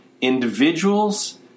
individuals